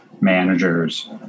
managers